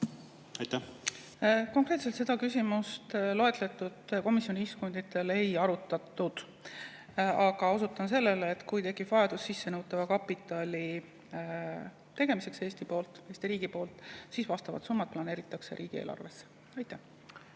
Konkreetselt seda küsimust loetletud komisjoni istungitel ei arutatud. Aga osutan sellele, et kui tekib vajadus sissenõutava kapitali [sissemaksmiseks] Eesti riigi poolt, siis vastavad summad planeeritakse riigieelarvesse. Varro